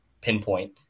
pinpoint